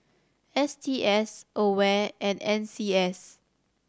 S T S AWARE and N C S